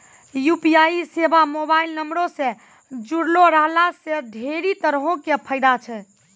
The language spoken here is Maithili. यू.पी.आई सेबा मोबाइल नंबरो से जुड़लो रहला से ढेरी तरहो के फायदा छै